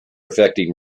affecting